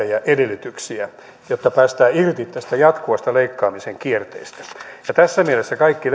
ja edellytyksiä jotta päästään irti tästä jatkuvasta leikkaamisen kierteestä tässä mielessä kaikki